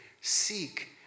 seek